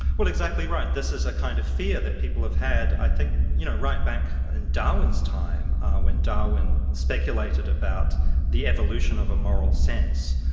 well exactly right. this is a kind of fear that people have had i think you know right back in darwin's time when darwin speculated about the evolution of a moral sense.